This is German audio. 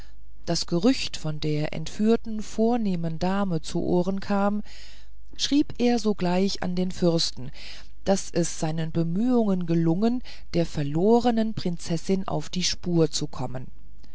das gerücht von der entführten vornehmen dame zu ohren kam schrieb er sogleich an den fürsten daß es seinen bemühungen gelungen der verlornen prinzessin auf die spur zu kommen